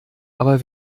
aber